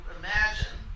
imagine